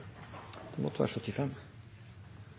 det måtte